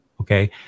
okay